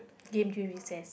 game till recess